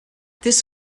this